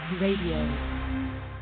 Radio